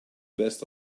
best